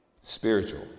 Spiritual